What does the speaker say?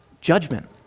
judgment